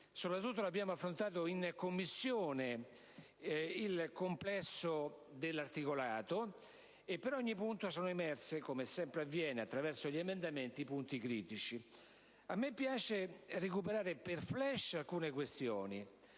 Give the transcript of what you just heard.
Commissione abbiamo affrontato il complesso dell'articolato e per ogni punto sono emersi - come sempre avviene attraverso gli emendamenti - gli aspetti critici. A me piace recuperare per *flash* alcune questioni.